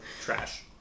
trash